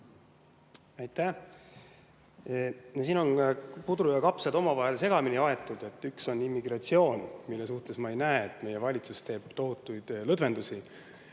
Aitäh! Siin on pudru ja kapsad omavahel segamini aetud. Üks on immigratsioon, mille puhul ma ei näe, et meie valitsus teeb tohutuid lõdvendusi,